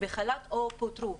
בחל"ת או פוטרו.